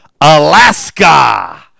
Alaska